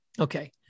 okay